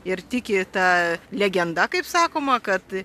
ir tiki ta legenda kaip sakoma kad